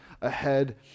ahead